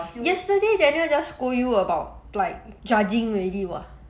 yesterday daniel just scold you about like judging already [what]